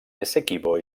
essequibo